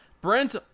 Brent